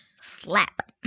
Slap